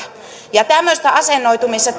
ja tämmöistä asennoitumista